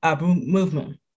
movement